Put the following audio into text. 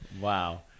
Wow